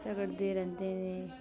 ਝਗੜਦੇ ਰਹਿੰਦੇ ਨੇ